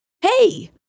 hey